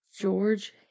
George